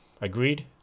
agreed